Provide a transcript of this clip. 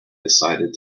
decided